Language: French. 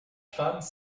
femmes